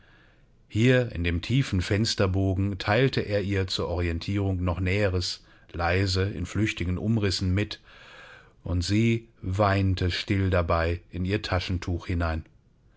hier in dem tiefen fensterbogen teilte er ihr zur orientierung noch näheres leise in flüchtigen umrissen mit und sie weinte still dabei in ihr taschentuch hinein